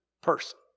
person